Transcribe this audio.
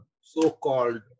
so-called